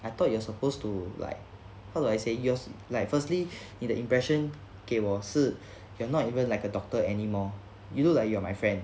I thought you are supposed to like how do I say yours like firstly in the impression K 我是 you're not even like a doctor anymore you look like you are my friend